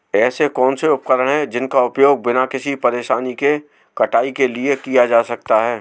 ऐसे कौनसे उपकरण हैं जिनका उपयोग बिना किसी परेशानी के कटाई के लिए किया जा सकता है?